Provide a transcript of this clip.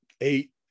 eight